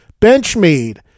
Benchmade